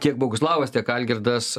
tiek boguslavas tiek algirdas